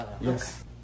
Yes